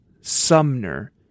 Sumner